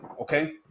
okay